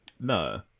No